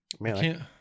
man